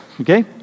okay